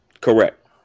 Correct